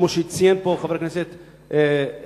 כמו שציין כאן חבר הכנסת הורוביץ,